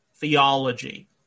theology